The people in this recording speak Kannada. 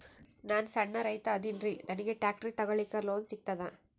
ನಾನ್ ಸಣ್ ರೈತ ಅದೇನೀರಿ ನನಗ ಟ್ಟ್ರ್ಯಾಕ್ಟರಿ ತಗಲಿಕ ಲೋನ್ ಸಿಗತದ?